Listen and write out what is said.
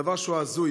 דבר שהוא הזוי.